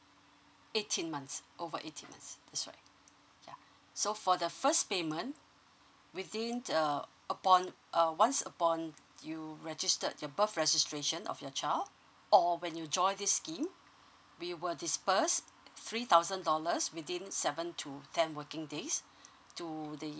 eighteen months over eighteen months that's right yeah so for the first payment within the uh upon uh once upon you registered your birth registration of your child or when you join this scheme we will disperse three thousand dollars within seven to ten working days to the